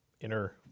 inner